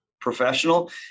professional